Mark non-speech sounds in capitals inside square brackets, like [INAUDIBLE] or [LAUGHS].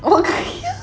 oh [LAUGHS]